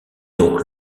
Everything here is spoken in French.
donc